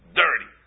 dirty